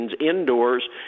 indoors